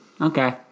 okay